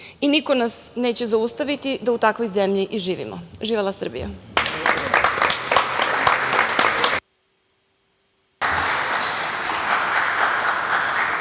i niko nas neće zaustaviti da u takvoj zemlji i živimo. Živela Srbija.